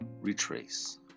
Retrace